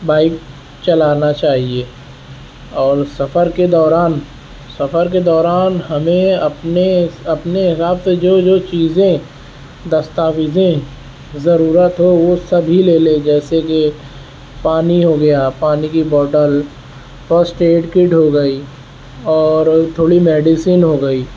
bike چلانا چاہئے اور سفر کے دوران سفر کے دوران ہمیں اپنے اپنے حساب سے جو جو چیزیں دستاویزیں ضرورت ہو وہ سبھی لے لیں جیسے کہ پانی ہو گیا پانی کی بوٹل فسٹ ایڈ کٹ ہو گئی اور تھوڑی میڈسین ہو گئی